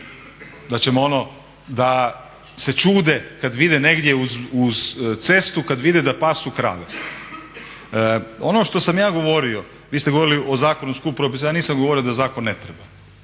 da ćemo ono da se čude kad vide negdje uz cestu kad vide da pasu krave. Ono što sam ja govorio, vi ste govorili o zakonu skupu propisa, ja nisam govorio da zakon ne treba.